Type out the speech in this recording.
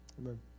Amen